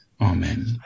Amen